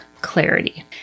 clarity